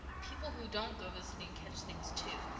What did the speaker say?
people who don't go visiting catch things, too.